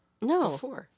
No